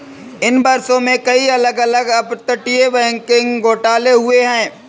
इन वर्षों में, कई अलग अलग अपतटीय बैंकिंग घोटाले हुए हैं